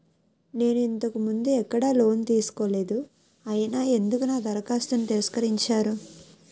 నేను ఇంతకు ముందు ఎక్కడ లోన్ తీసుకోలేదు అయినా ఎందుకు నా దరఖాస్తును తిరస్కరించారు?